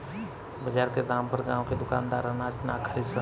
बजार के दाम पर गांव के दुकानदार अनाज ना खरीद सन